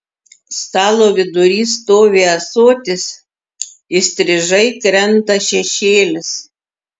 stalo vidury stovi ąsotis įstrižai krenta šešėlis